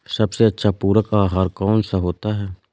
सबसे अच्छा पूरक आहार कौन सा होता है?